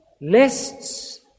Lists